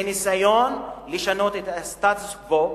זה ניסיון לשנות את הסטטוס-קוו,